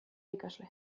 ikasle